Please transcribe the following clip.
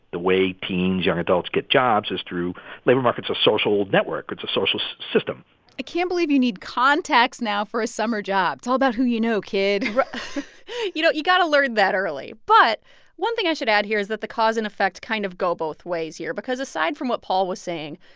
the way teens, young adults get jobs is through labor market's a social network. it's a social system i can't believe you need contacts now for a summer job it's all about who you know, kid you know, you got to learn that early. but one thing i should add here is that the cause and effect kind of go both ways here because aside from what paul was saying,